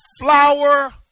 flower